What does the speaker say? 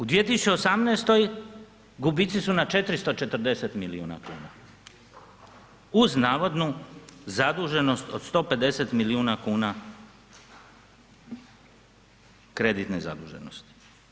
U 2018. gubici su na 440 milijuna kuna uz navodnu zaduženost od 150 milijuna kuna kreditne zaduženosti.